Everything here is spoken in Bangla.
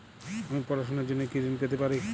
আমি পড়াশুনার জন্য কি ঋন পেতে পারি?